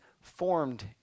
formed